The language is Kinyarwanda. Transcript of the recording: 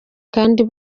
kandi